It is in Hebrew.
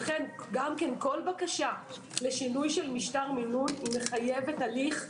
לכן גם כן כל בקשה לשינוי משטר מינון מחייבת הליך.